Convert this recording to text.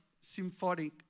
symphonic